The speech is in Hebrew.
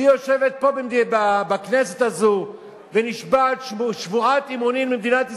והיא יושבת פה בכנסת הזאת ונשבעת שבועות אמונים למדינת ישראל.